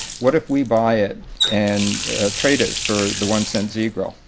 what if we buy it and trade it for the one cent z-grill?